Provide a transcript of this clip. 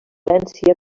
valència